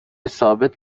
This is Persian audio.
ثابت